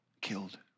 killed